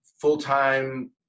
full-time